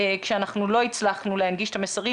כשאנחנו לא הצלחנו להנגיש את המסרים.